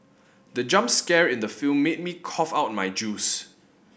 the jump scare in the film made me cough out my juice